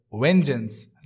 vengeance